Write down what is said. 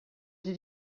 did